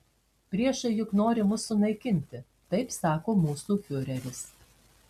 priešai juk nori mus sunaikinti taip sako mūsų fiureris